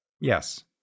Yes